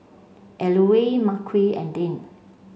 Eulalie Marquez and Dane